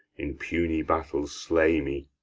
in puny battle slay me.